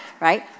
Right